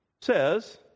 says